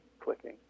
clicking